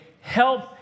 help